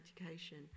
education